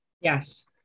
Yes